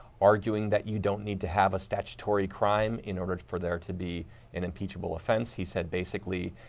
arguing that you don't need to have a statutory crime in order for there to be an impeachable offense. he said basically,